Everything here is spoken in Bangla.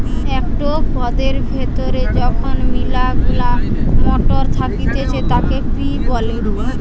একটো পদের ভেতরে যখন মিলা গুলা মটর থাকতিছে তাকে পি বলে